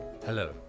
Hello